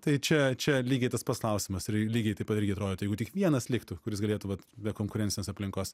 tai čia čia lygiai tas pats klausimas ir lygiai taip pat irgi atrodytų jeigu tik vienas liktų kuris galėtų vat be konkurencinės aplinkos